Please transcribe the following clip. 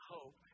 Hope